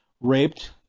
raped